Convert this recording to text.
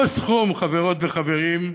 אותו סכום, חברות וחברים,